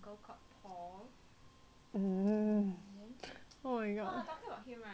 mm oh my god